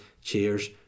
Cheers